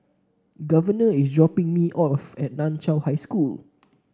Governor is dropping me off at Nan Chiau High School